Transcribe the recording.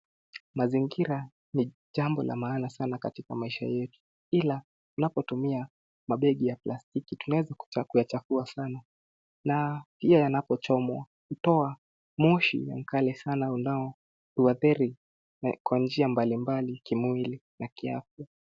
Mazingira ni jambo la maana sana katika maisha yetu, ila unapotumia mabegi ya plastiki tunaweza kuchafua sana, na pia yanapochomwa kutoa moshi na ni kali sana, unaoadhiri kwa njia mbalimbali kimwili na kiafya.